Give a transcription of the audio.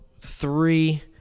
three